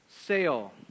sale